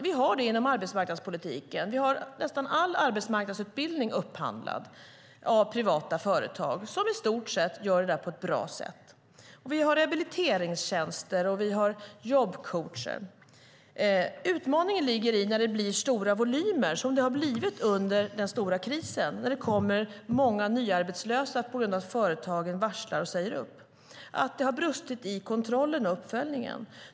Vi har detta inom arbetsmarknadspolitiken. Vi har nästan all arbetsmarknadsutbildning upphandlad av privata företag, som i stort sett gör detta på ett bra sätt. Vi har rehabiliteringstjänster, och vi har jobbcoacher. Utmaningen ligger i de stora volymer som har blivit till under den stora krisen när det kommer många nyarbetslösa på grund av att företagen varslar och säger upp. Det har då brustit i kontrollen och uppföljningen.